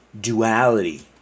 duality